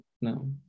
No